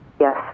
Yes